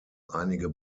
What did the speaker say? einige